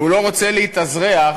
והוא לא רוצה להתאזרח,